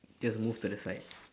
just move to the side